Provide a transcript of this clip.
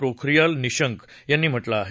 पोखरियाल निशंक यांनी म्हटलं आहे